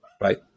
right